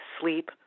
sleep